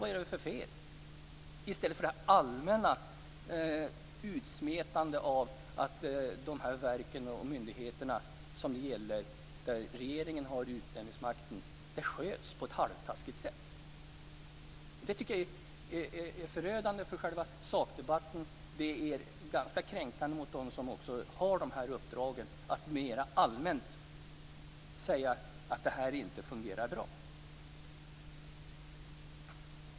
Man bör ta den debatten i stället för detta allmänna utsmetande om att de verk och myndigheter där regeringen har utnämningsmakten sköts på ett halvtaskigt sätt. Det är förödande för själva sakdebatten och ganska kränkande mot dem som har dessa uppdrag att mera allmänt säga att det inte fungerar bra.